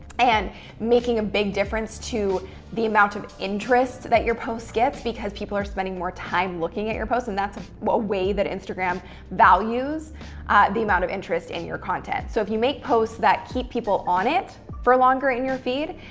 and making a big difference to the amount of interest that your posts get, because people are spending more time looking at your posts, and that's what a way that instagram values the amount of interest in your content. so if you make posts that keep people on it for longer in your feed,